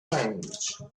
language